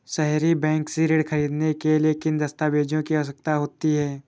सहरी बैंक से ऋण ख़रीदने के लिए किन दस्तावेजों की आवश्यकता होती है?